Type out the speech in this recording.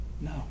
No